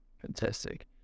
Fantastic